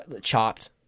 chopped